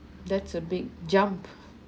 that's a big jump